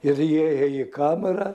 ir jie ėjo į kamerą